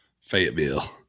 Fayetteville